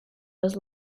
was